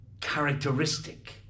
Characteristic